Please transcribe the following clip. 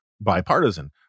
bipartisan